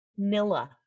Nilla